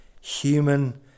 human